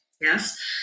Yes